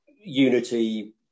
unity